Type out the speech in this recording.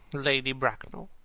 lady bracknell.